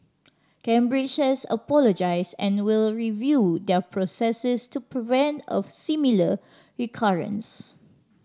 Cambridge has apologised and will review their processes to prevent a similar recurrence